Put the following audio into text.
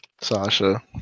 Sasha